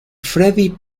freddie